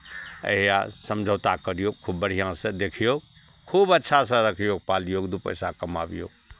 एहि या समझौता करियौ खूब बढ़िआँसँ देखियौ खूब अच्छासँ रखियौ पालियौ एक दू पैसा कमाबियौ